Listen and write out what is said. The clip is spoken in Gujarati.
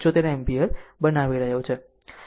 75 એમ્પીયર બનાવી રહ્યો છે